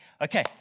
Okay